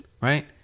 right